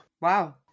Wow